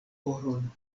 oron